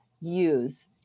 use